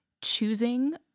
choosing